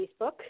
Facebook